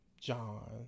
John